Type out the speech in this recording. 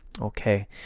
Okay